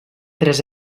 tres